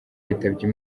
yitabye